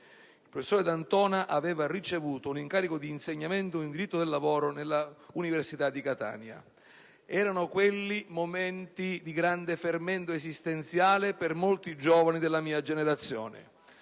Il professor D'Antona aveva ricevuto un incarico di insegnamento in diritto del lavoro presso l'università di Catania. Erano, quelli, momenti di grande fermento esistenziale per molti giovani della mia generazione;